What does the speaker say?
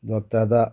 ꯗꯣꯛꯇꯔꯗ